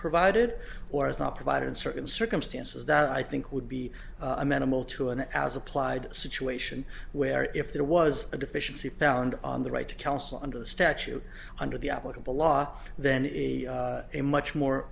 provided or is not provided in certain circumstances that i think would be amenable to an as applied situation where if there was a deficiency found on the right to counsel under the statute under the applicable law then it is a much more